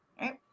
right